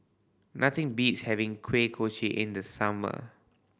nothing beats having Kuih Kochi in the summer